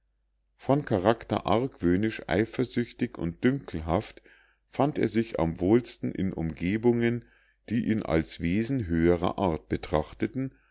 von charakter argwöhnisch eifersüchtig und dünkelhaft fand er sich am wohlsten in umgebungen die ihn als ein wesen höherer art betrachteten